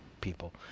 people